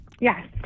Yes